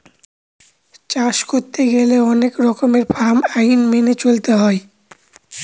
চাষ করতে গেলে অনেক রকমের ফার্ম আইন মেনে চলতে হয়